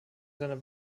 seiner